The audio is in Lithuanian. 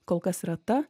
kol kas yra ta